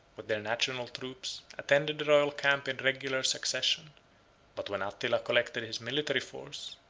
with their national troops, attended the royal camp in regular succession but when attila collected his military force,